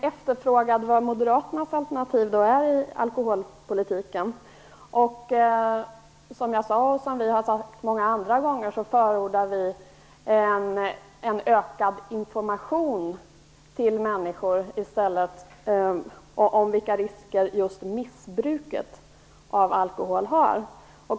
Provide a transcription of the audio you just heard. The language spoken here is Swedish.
Herr talman! Roland Larsson efterlyste moderaternas alternativ när det gäller alkoholpolitiken. Som jag sade förordar vi i stället en ökad information till människor om vilka risker just missbruket av alkohol har.